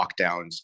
lockdowns